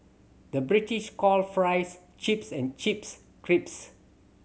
the British calls fries chips and chips crisps